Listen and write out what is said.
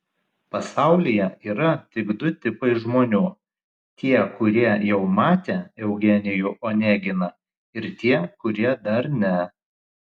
pasaulyje yra tik du tipai žmonių tie kurie jau matė eugenijų oneginą ir tie kurie dar ne